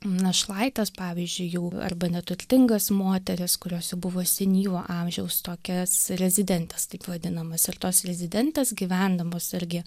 našlaites pavyzdžiui jau arba neturtingas moteris kurios jau buvo senyvo amžiaus tokias rezidentes taip vadinamas ir tos rezidentės gyvendamos irgi